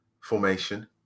formation